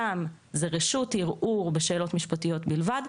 שם זה רשות ערעור בשאלו משפטיות בלבד,